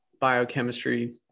biochemistry